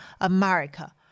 America